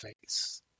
face